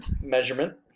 measurement